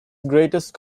greatest